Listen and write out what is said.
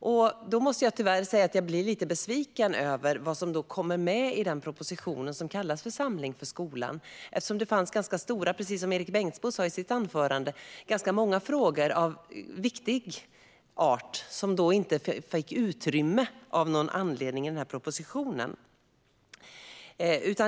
Men jag måste tyvärr säga att jag blir lite besviken över vad som kommit med i propositionen, eftersom det, precis som Erik Bengtzboe sa i sitt anförande, fanns många frågor av viktig art som av någon anledning inte fick utrymme där.